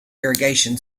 irrigation